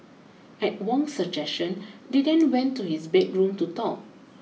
at Wong's suggestion they then went to his bedroom to talk